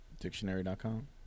Dictionary.com